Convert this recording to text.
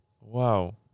Wow